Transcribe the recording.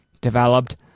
developed